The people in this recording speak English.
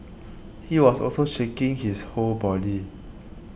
he was also shaking his whole body